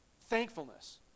thankfulness